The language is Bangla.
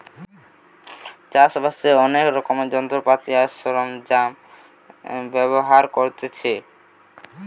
চাষ বাসের অনেক রকমের যন্ত্রপাতি আর সরঞ্জাম ব্যবহার করতে হতিছে